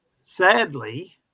sadly